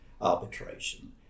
arbitration